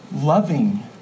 loving